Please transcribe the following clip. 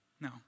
No